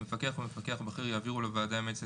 מפקח ומפקח בכיר יעבירו לוועדה המייעצת